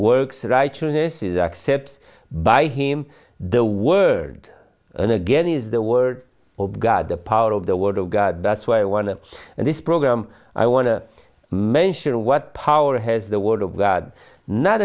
is accept by him the word and again is the word of god the power of the word of god that's why i want to and this program i want to mention what power has the word of god not